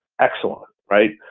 excellent, right?